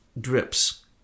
drips